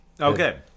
Okay